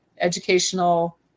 educational